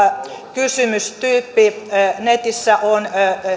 kysymystyyppi netissä on